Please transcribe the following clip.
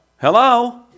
Hello